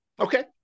Okay